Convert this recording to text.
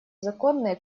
законные